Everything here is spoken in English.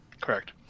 Correct